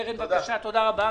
קרן, בבקשה, בקצרה.